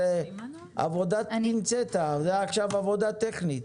זו עבודה בפינצטה, זו עכשיו עבודה טכנית.